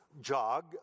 jog